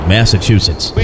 Massachusetts